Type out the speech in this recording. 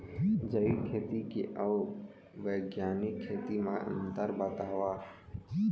जैविक खेती अऊ बैग्यानिक खेती म अंतर बतावा?